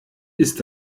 ist